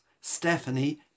Stephanie